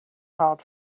hard